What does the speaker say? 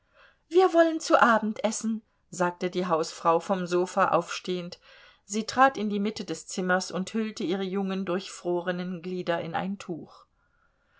wir wollen zu abend essen sagte die hausfrau vom sofa aufstehend sie trat in die mitte des zimmers und hüllte ihre jungen durchfrorenen glieder in ein tuch